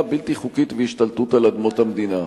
בלתי חוקית והשתלטות על אדמות המדינה,